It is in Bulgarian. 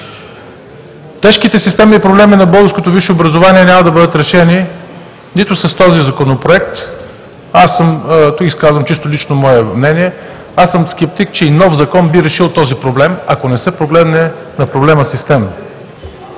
Тежките системни проблеми на българското висше образование няма да бъдат решени с този законопроект – изказвам чисто лично мое мнение. Аз съм скептик, че и чисто нов закон би решил този проблем, ако не се погледне на проблема системно.